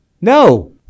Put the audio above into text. No